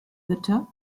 bitte